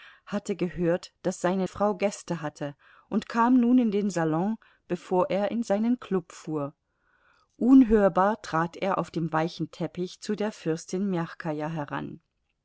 hatte gehört daß seine frau gäste hatte und kam nun in den salon bevor er in seinen klub fuhr unhörbar trat er auf dem weichen teppich zu der fürstin mjachkaja heran